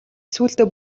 сүүлдээ